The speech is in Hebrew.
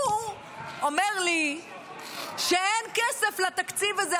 הוא אומר לי שאין כסף לתקציב הזה.